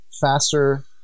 faster